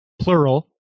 plural